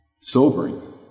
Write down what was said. Sobering